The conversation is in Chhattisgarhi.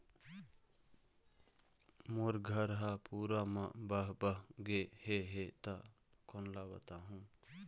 मोर घर हा पूरा मा बह बह गे हे हे ता कोन ला बताहुं?